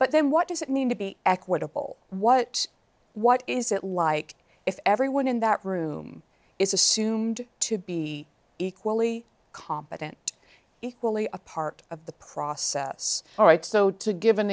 but then what does it mean to be equitable what what is it like if everyone in that room is assumed to be equally competent equally a part of the process all right so to give an